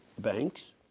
banks